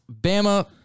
Bama